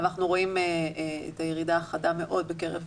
אנחנו רואים את הירידה החדה מאוד בקרב